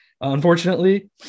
Unfortunately